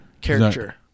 Character